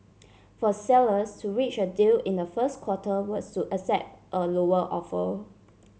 for sellers to reach a deal in the first quarter was to accept a lower offer